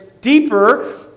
deeper